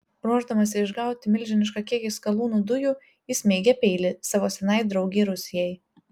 ruošdamasi išgauti milžinišką kiekį skalūnų dujų ji smeigia peilį savo senai draugei rusijai